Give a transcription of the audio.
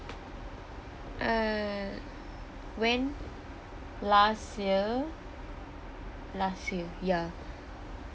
uh when last year last year ya